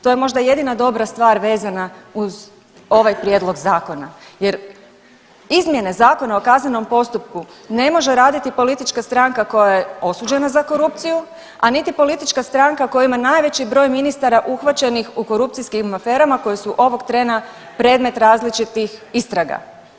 To je možda jedina dobra stvar vezana uz ovaj prijedlog zakona jer izmjene Zakona o kaznenom postupku ne može raditi politička stranka koja je osuđena za korupciju, a niti politička stranka koja ima najveći broj ministara uhvaćenih u korupcijskim aferama koje su ovog trena predmet različitih istraga.